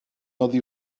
oddi